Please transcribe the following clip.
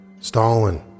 Stalin